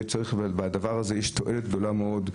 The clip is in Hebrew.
בצילום יש תועלת גדולה מאוד.